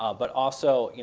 ah but also,